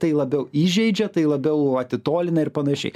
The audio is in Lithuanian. tai labiau įžeidžia tai labiau atitolina ir panašiai